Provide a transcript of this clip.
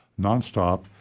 nonstop